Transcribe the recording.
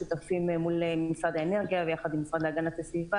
שותפים מול משרד האנרגיה יחד עם המשרד להגנת הסביבה,